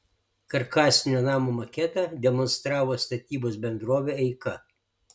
karkasinio namo maketą demonstravo statybos bendrovė eika